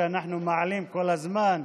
שאנחנו מעלים כל הזמן,